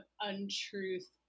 untruth